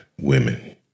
women